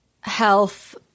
health